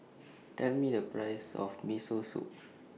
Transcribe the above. Tell Me The Price of Miso Soup